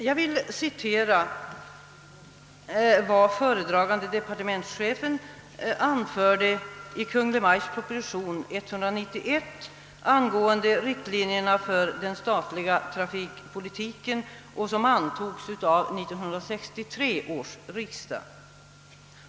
Jag vill här citera vad föredragande departementschefen anförde i Kungl. Maj:ts proposition nr 191 angående riktlinjerna för den statliga trafikpolitiken, vilken antogs av 1963 års riksdag.